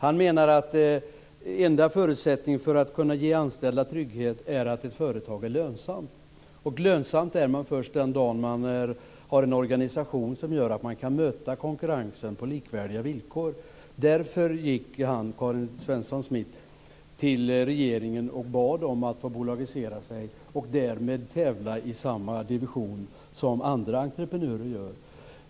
Han menar att den enda förutsättningen för att ett företag ska kunna ge anställda trygghet är att företaget är lönsamt, och lönsamt är det först den dag när det har en organisation som gör att det kan möta konkurrensen på likvärdiga villkor. Därför gick han, Karin Svensson Smith, till regeringen och bad om att få SJ bolagiserat, så att det kunde tävla i samma division som andra entreprenörer.